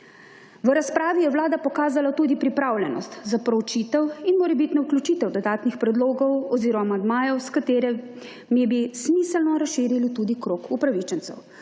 V razpravi je Vlada pokazala tudi pripravljenost za proučitev in morebitno vključitev dodatnih predlogov oziroma amandmajev, s katerimi bi smiselno razširili tudi krog upravičencev,